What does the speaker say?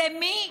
למי?